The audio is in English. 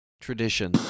tradition